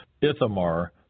Ithamar